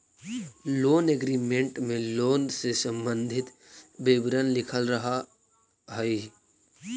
loan agreement में loan से संबंधित विवरण लिखल रहऽ हई